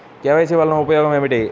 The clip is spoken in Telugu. కే.వై.సి వలన ఉపయోగం ఏమిటీ?